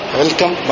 welcome